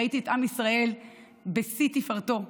ראיתי את עם ישראל בשיא תפארתו,